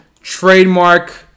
trademark